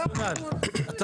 אני